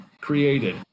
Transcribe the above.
created